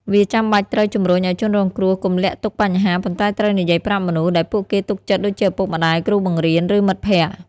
វាចាំបាច់ត្រូវ ជំរុញឲ្យជនរងគ្រោះកុំលាក់ទុកបញ្ហា ប៉ុន្តែត្រូវនិយាយប្រាប់មនុស្សដែលពួកគេទុកចិត្តដូចជាឪពុកម្តាយ គ្រូបង្រៀន ឬមិត្តភក្តិ។